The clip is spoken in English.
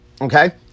okay